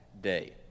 day